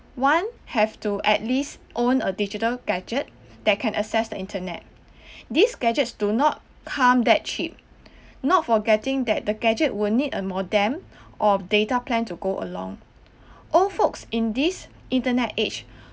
one have to at least own a digital gadget that can access the internet these gadgets do not come that cheap not forgetting that the gadget will need a modem or data plan to go along old folks in this internet age